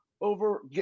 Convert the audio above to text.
over